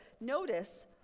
notice